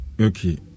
Okay